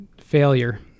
failure